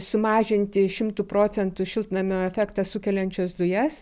sumažinti šimtu procentų šiltnamio efektą sukeliančias dujas